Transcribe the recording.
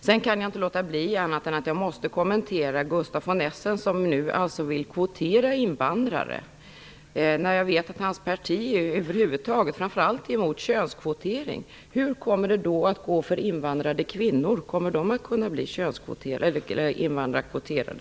Jag kan inte låta bli att kommentera det Gustaf von Essen sade om kvotering av invandrare. Jag vet att hans parti framför allt är emot könskvotering över huvud taget. Hur kommer det då att gå för invandrade kvinnor - kommer de att bli könskvoterade, eller så att säga invandrarkvoterade?